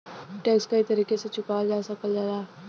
tax कई तरीके से चुकावल जा सकल जाला